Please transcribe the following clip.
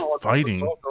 fighting